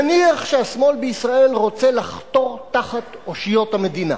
נניח שהשמאל בישראל רוצה לחתור תחת אושיות המדינה,